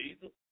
Jesus